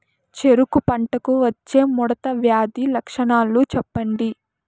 చెరుకు పంటకు వచ్చే ముడత వ్యాధి లక్షణాలు చెప్పండి?